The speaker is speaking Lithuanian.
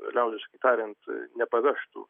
liaudiškai tariant nepavežtų